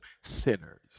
sinners